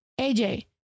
aj